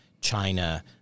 China